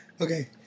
Okay